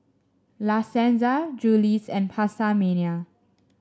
La Senza Julie's and PastaMania